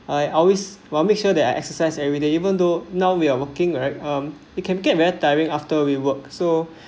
I always I'll make sure that I exercise every day even though now we're working right um it can get very tiring after we work so